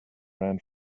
ran